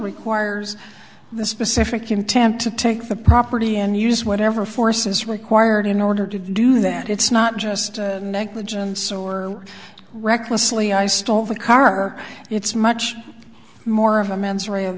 requires the specific contempt to take the property and use whatever force is required in order to do that it's not just negligence or recklessly i stole the car it's much more of a man's